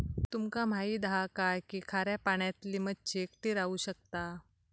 तुमका माहित हा काय की खाऱ्या पाण्यातली मच्छी एकटी राहू शकता